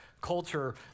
culture